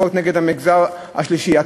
החוק נגד המגזר השלישי.